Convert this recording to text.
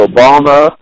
Obama